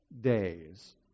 days